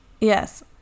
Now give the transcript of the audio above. Yes